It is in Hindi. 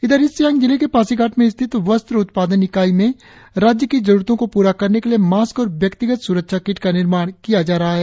इधर ईस्ट सियांग जिले के पासीघाट में स्थित वस्त उत्पादन इकाई में राज्य की जरुरतो को पूरा करने के लिए मास्क और व्यक्तिगत सुरक्षा किट का निर्माण किया जा रहा है